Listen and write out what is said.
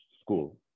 School